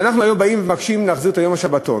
ואנחנו היום באים ומבקשים להחזיר את יום השבתון.